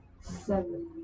Seven